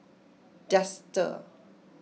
Dester